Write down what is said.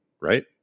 Right